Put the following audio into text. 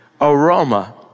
aroma